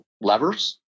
levers